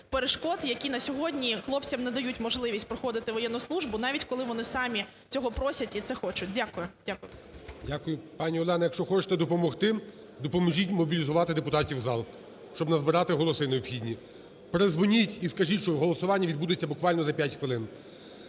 перешкод, які на сьогодні хлопцям не дають можливість проходити воєнну службу, навіть коли вони самі цього просять і це хочуть. Дякую. ГОЛОВУЮЧИЙ. Дякую. Пані Олено, якщо хочете допомогти, допоможіть мобілізувати депутатів у зал, щоб назбирати голоси необхідні. Передзвоніть і скажіть, що голосування відбудеться буквально за 5 хвилин.